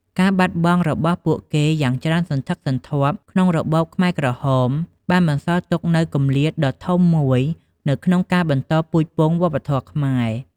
ការបាត់បង់របស់ពួកគេយ៉ាងច្រើនសន្ធឹកសន្ធាប់ក្នុងរបបខ្មែរក្រហម បានបន្សល់ទុកនូវគម្លាតដ៏ធំមួយនៅក្នុងការបន្តពូជពង្សវប្បធម៌ខ្មែរ។